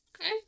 Okay